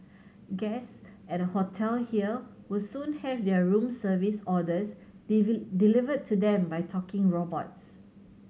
guest at a hotel here will soon have their room service orders delivered to them by talking robots